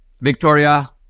Victoria